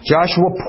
Joshua